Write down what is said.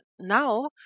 now